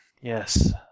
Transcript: yes